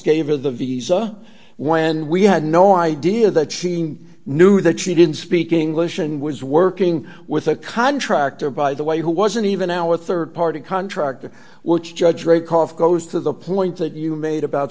the visa when we had no idea that she knew that she didn't speak english and was working with a contractor by the way who wasn't even our rd party contractor which judge rake off goes to the point that you made about